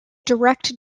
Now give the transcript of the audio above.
direct